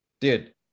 dude